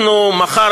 אנחנו מחר,